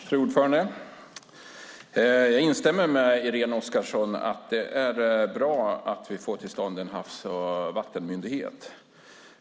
Fru talman! Jag instämmer i att det är bra att vi får till stånd en havs och vattenmyndighet.